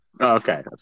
Okay